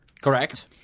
Correct